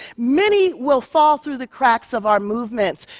many will fall through the cracks of our movements.